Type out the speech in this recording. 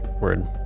Word